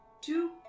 two